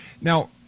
Now